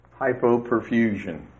Hypoperfusion